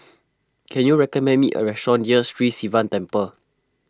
can you recommend me a restaurant near Sri Sivan Temple